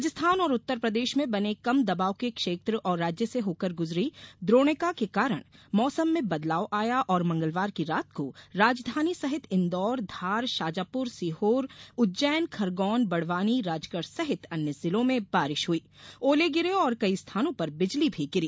राजस्थान और उत्तरप्रदेश में बने कम दबाव के क्षेत्र और राज्य से होकर गुजरी द्रोणिका के कारण मौसम में बदलाव आया और मंगलवार की रात को राजधानी सहित इदौर धार शाजापुर सीहोर उज्जैन खरगोन बड़वानी राजगढ़ सहित अन्य जिलों में बारिश हुई ओले गिरे और कई स्थानों पर बिजली भी गिरी